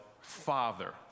Father